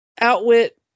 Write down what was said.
outwit